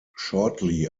shortly